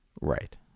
Right